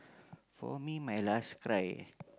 for me my last cry